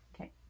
Okay